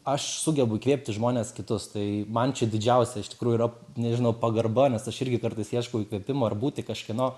aš sugebu įkvėpti žmones kitus tai man čia didžiausia iš tikrųjų yra nežinau pagarba nes aš irgi kartais ieškau įkvėpimo ir būti kažkieno